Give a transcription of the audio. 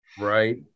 right